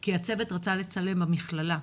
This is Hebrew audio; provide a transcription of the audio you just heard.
כי הצוות רצה לצלם, המכללה.